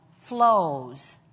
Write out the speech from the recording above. flows